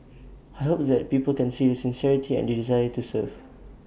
I hope that people can see the sincerity and the desire to serve